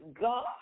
God